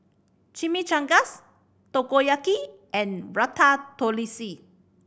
Chimichangas Takoyaki and Ratatouille